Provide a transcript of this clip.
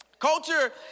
Culture